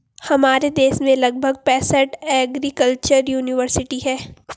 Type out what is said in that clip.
हमारे देश में लगभग पैंसठ एग्रीकल्चर युनिवर्सिटी है